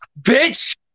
bitch